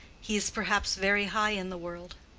he is perhaps very high in the world?